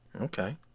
Okay